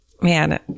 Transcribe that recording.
man